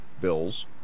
bills